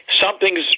something's